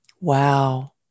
Wow